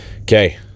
Okay